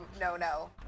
No-No